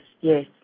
yes